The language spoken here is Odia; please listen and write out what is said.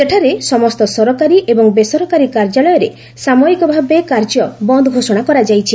ସେଠାରେ ସମସ୍ତ ସରକାରୀ ଏବଂ ବେସରକାରୀ କାର୍ଯ୍ୟାଳୟରେ ସାମୟିକ ଭାବେ କାର୍ଯ୍ୟ ବନ୍ଦ୍ ଘୋଷଣା କରାଯାଇଛି